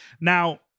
Now